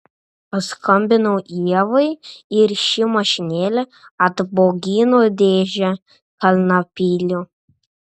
paskambinau ievai ir ši mašinėle atbogino dėžę kalnapilio